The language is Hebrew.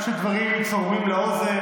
גם כשדברים צורמים לאוזן,